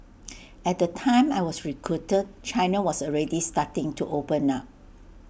at the time I was recruited China was already starting to open up